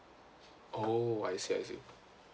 oh I see I see